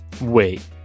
wait